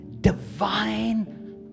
divine